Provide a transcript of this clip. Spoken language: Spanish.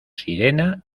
sirena